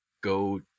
go